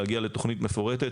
להגיע לתוכנית מפורטת,